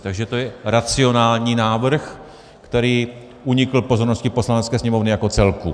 Takže to je racionální návrh, který unikl pozornosti Poslanecké sněmovny jako celku.